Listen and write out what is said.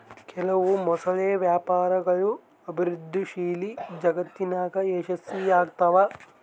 ಕೆಲವು ಮೊಸಳೆ ವ್ಯಾಪಾರಗಳು ಅಭಿವೃದ್ಧಿಶೀಲ ಜಗತ್ತಿನಾಗ ಯಶಸ್ವಿಯಾಗ್ತವ